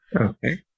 Okay